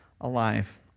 alive